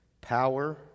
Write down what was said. power